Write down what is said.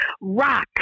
Rock